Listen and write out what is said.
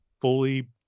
fully